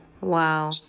Wow